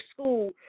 school